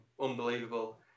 unbelievable